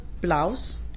blouse